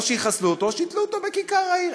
או שיחסלו אותו או שיתלו אותו בכיכר העיר.